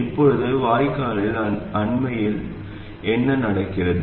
இப்போது வாய்க்காலில் உண்மையில் என்ன நடக்கிறது